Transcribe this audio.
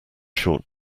short